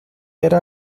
era